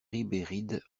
ribéride